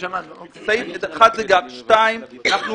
שתיים,